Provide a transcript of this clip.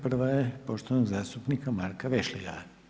Prva je poštovanog zastupnika Marka Vešligaja.